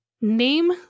name